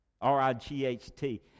R-I-G-H-T